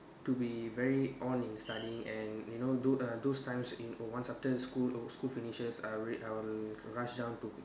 to be very on in studying and you know tho~ uh those times in oh once after school oh school finishes I will read I will rush down to